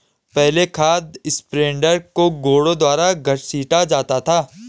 पहले खाद स्प्रेडर को घोड़ों द्वारा घसीटा जाता था